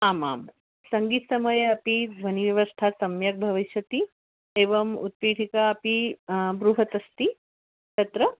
आम् आं सङ्गीतमयि अपि ध्वनिव्यवस्था सम्यग् भविष्यति एवम् उत्पीठिकापि बृहत् अस्ति तत्र